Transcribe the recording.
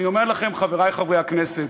אני אומר לכם, חברי חברי הכנסת,